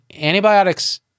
antibiotics